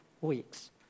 weeks